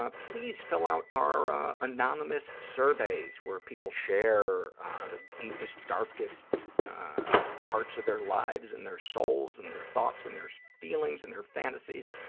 ah please fill out our anonymous surveys, where people share the deepest, darkest parts of their lives and their souls and their thoughts and their feelings and their fantasies,